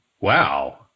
Wow